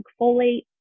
folate